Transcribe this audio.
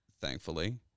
Thankfully